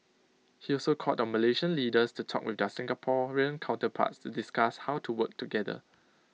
he also called on Malaysian leaders to talk with their Singaporean counterparts to discuss how to work together